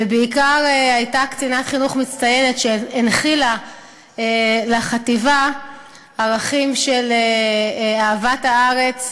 ובעיקר הייתה קצינת חינוך מצטיינת שהנחילה לחטיבה ערכים של אהבת הארץ,